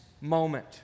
moment